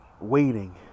waiting